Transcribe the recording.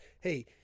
hey